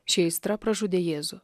ši aistra pražudė jėzų